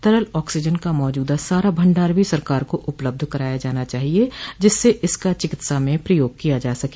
तरल ऑक्सीजन का मौजूदा सारा भंडार भी सरकार को उपलब्ध कराया जाना चाहिए जिससे इसका चिकित्सा में प्रयोग किया जा सके